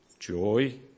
Joy